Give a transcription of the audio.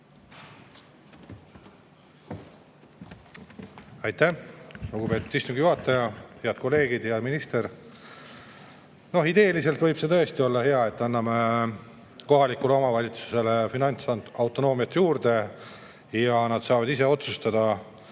Aitäh, lugupeetud istungi juhataja! Head kolleegid! Hea minister! Ideeliselt võib see tõesti olla hea, et anname kohalikule omavalitsusele finantsautonoomiat juurde ja nad saavad ise otsustada,